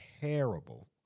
terrible